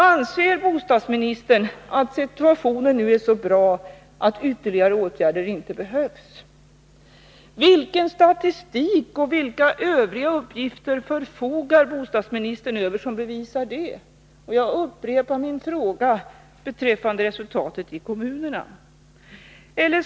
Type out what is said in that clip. Anser bostadsministern att situationen nu är så bra, att ytterligare åtgärder inte behövs? Om så är fallet, vilken statistik och vilka övriga uppgifter förfogar bostadsministern över som bevisar det? Jag upprepar också min fråga beträffande resultatet i kommunerna.